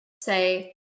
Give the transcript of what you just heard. say